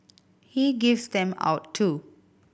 he gives them out too